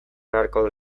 beharko